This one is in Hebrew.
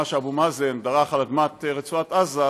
שאבו מאזן דרך על אדמת רצועת עזה,